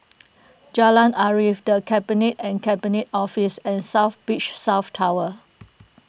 Jalan Arif the Cabinet and Cabinet Office and South Beach South Tower